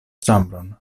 ĉambron